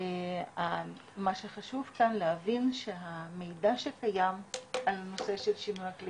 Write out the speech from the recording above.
ומה שחשוב כאן להבין שהמידע שקיים על הנושא של שינויי אקלים